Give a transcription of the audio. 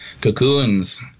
cocoons